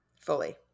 Fully